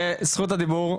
זכות הדיבור שלי.